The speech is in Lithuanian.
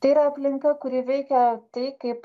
tai yra aplinka kuri veikia tai kaip